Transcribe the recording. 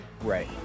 right